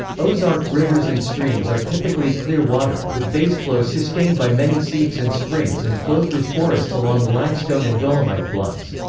ozark rivers and streams are typically clear water, with baseflows sustained by many seeps and springs and flow through forests along limestone and dolomite bluffs.